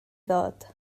ddod